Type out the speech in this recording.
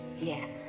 Yes